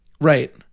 right